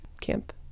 camp